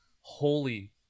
holy